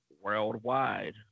worldwide